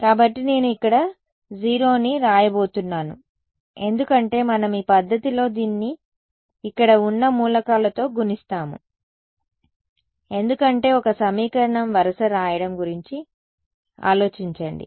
కాబట్టి నేను ఇక్కడ 0ని వ్రాయబోతున్నాను ఎందుకంటే మనం ఈ పద్ధతిలో దీనిని ఇక్కడ ఉన్న మూలకాలతో గుణిస్తాము ఎందుకంటే ఒక సమీకరణం వరుస వ్రాయడం గురించి ఆలోచించండి